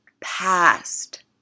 past